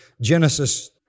Genesis